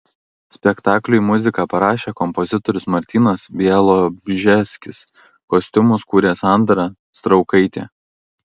spektakliui muziką parašė kompozitorius martynas bialobžeskis kostiumus kūrė sandra straukaitė